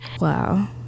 Wow